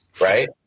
right